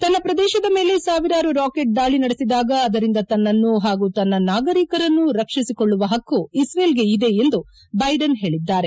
ತನ್ನ ಪ್ರದೇಶದ ಮೇಲೆ ಸಾವಿರಾರು ರಾಕೆಟ್ ದಾಳಿ ನಡೆಸಿದಾಗ ಅದರಿಂದ ತನ್ನನ್ನು ಪಾಗೂ ತನ್ನ ನಾಗರಿಕರನ್ನು ರಕ್ಷಿಸಿಕೊಳ್ಳುವ ಪಕ್ಕು ಇಕ್ರೇಲ್ಗೆ ಇದೆ ಎಂದು ಬೈಡನ್ ಹೇಳಿದ್ದಾರೆ